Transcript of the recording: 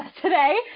today